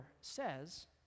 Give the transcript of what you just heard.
says